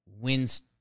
wins